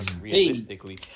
realistically